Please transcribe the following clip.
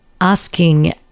asking